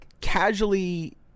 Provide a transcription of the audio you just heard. Casually